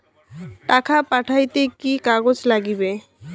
টাকা পাঠাইতে কি কাগজ নাগীবে?